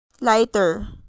Lighter